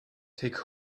take